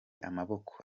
amaboko